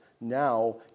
Now